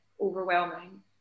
overwhelming